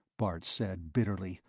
bart said bitterly,